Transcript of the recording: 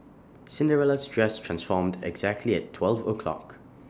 Cinderella's dress transformed exactly at twelve o'clock